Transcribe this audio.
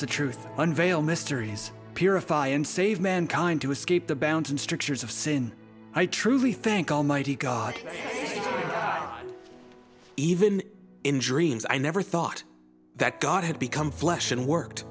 the truth unveil mysteries purify and save mankind to escape the bounds and strictures of sin i truly thank almighty god even injury means i never thought that god had become flesh and worked